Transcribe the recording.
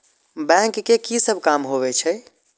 Bank के की सब काम होवे छे?